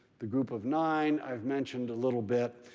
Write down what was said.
the group of nine, i've mentioned a little bit.